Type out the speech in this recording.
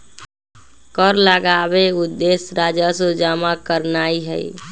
कर लगाबेके उद्देश्य राजस्व जमा करनाइ हइ